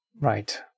Right